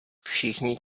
všichni